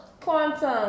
Quantum